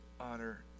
honor